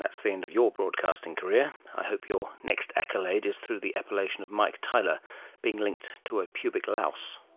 that's the end of your broadcasting career, i hope your next accolade is through the appellation of mike tyler being linked to a public louse